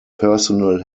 personal